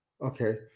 Okay